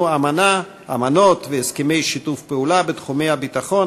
אמנות והסכמי שיתוף פעולה בתחומי הביטחון,